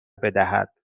بدهد